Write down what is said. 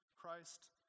Christ